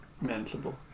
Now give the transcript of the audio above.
manageable